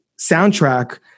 soundtrack